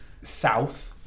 South